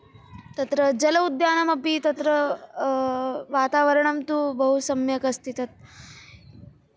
तत्र जल उद्यानमपि तत्र वातावरणं तु बहु सम्यक् अस्ति तत्